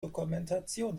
dokumentation